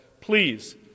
Please